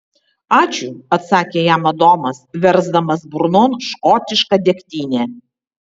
ačiū atsakė jam adomas versdamas burnon škotišką degtinę